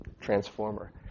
transformer